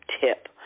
tip